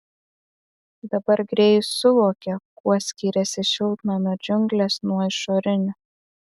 dabar grėjus suvokė kuo skyrėsi šiltnamio džiunglės nuo išorinių